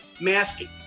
masking